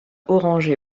orangé